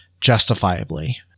justifiably